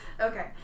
Okay